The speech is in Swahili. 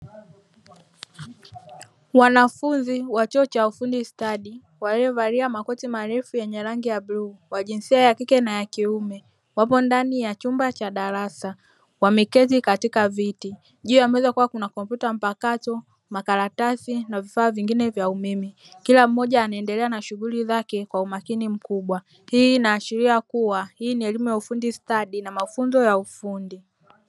Wanafunzi wa chuo cha ufundi stadi, waliovalia makoti marefu yenye rangi ya bluu, wa jinsia ya kike na ya kiume, wapo ndani ya chumba cha darasa, wameketi katika viti, juu ya meweza kukiwa kuna kompyuta mpakato, makaratasi na vifaa vingine vya umeme, kila mmoja anaendelea na shughuli zake kwa umakini mkubwa. Hii inaashiria kuwa hii ni elimu ya ufundi stadi na mafunzo ya ufundi.